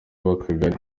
w’akagari